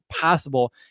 possible